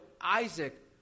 Isaac